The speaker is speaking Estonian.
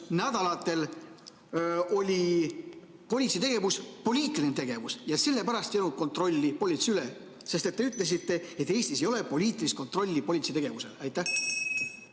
nädalatel oli politsei tegevus poliitiline tegevus ja sellepärast ei olnud kontrolli politsei üle, sest te ütlesite, et Eestis ei ole poliitilist kontrolli politsei tegevuse üle. Aitäh!